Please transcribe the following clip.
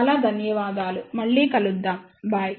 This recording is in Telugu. చాలా ధన్యవాదాలు మళ్ళీ కలుద్దాం బై